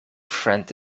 friend